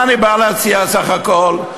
מה אני בא להציע בסך הכול?